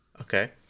Okay